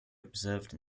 observed